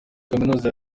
kaminuza